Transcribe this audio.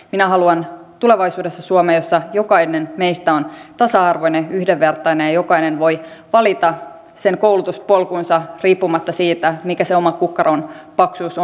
minä haluan tulevaisuudessa suomen jossa jokainen meistä on tasa arvoinen yhdenvertainen ja jokainen voi valita koulutuspolkunsa riippumatta siitä mikä se oman kukkaron paksuus on